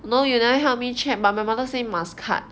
no you never help me check but my mother say must cut